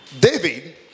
David